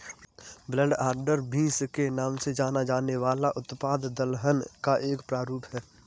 black eyed beans के नाम से जाना जाने वाला उत्पाद दलहन का एक प्रारूप है